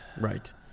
Right